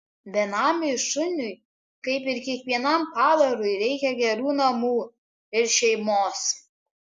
benamiui šuniui kaip ir kiekvienam padarui reikia gerų namų ir šeimos